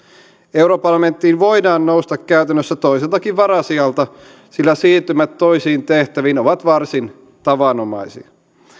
europarlamenttiin voidaan nousta käytännössä toiseltakin varasijalta sillä siirtymät toisiin tehtäviin ovat varsin tavanomaisia